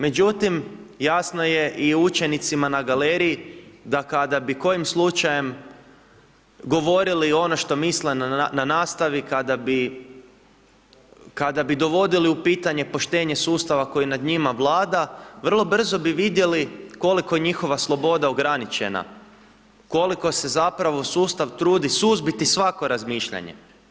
Međutim, jasno je i učenicima na galeriji da kada bi kojim slučajem govorili ono što misle na nastavi, kada bi dovodili u pitanje poštenje sustava koji nad njima vlada vrlo brzo bi vidjeli koliko je njihova sloboda ograničena, koliko se zapravo sustav trudi suzbiti svako razmišljanje.